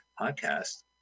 podcast